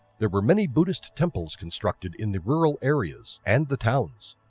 there were many buddhists temples constructed in the rural areas and the towns.